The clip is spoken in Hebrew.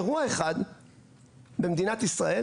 אירוע אחד במדינת ישראל,